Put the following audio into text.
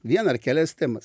vieną ar kelias temas